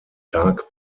dark